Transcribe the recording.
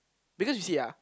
because you see ah